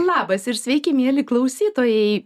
labas ir sveiki mieli klausytojai